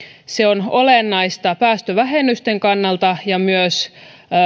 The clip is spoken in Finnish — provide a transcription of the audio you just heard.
se on olennaista päästövähennysten kannalta ja myös